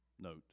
note